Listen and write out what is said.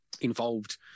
involved